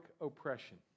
oppression